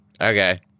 Okay